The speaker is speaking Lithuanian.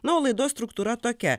na o laidos struktūra tokia